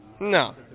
No